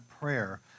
prayer